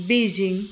Beijing